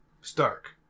Stark